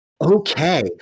Okay